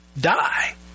die